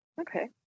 Okay